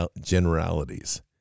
generalities